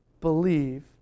Believe